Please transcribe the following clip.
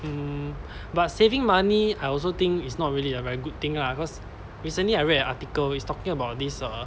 mm but saving money I also think is not really a very good thing ah cause recently I read an article is talking about this err